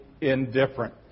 indifferent